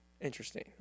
Interesting